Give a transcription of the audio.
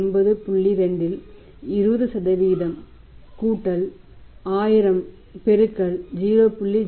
2 இல் 20 கூட்டல் 1000 பெருக்கல் 0